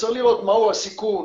וצריך לראות מהו הסיכון